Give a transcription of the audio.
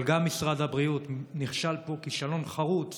אבל גם משרד הבריאות נכשל פה כישלון חרוץ